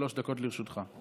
שלוש דקות לרשותך.